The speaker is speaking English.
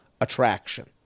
attraction